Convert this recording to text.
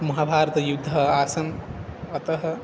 महाभारतयुद्धम् आसन् अतः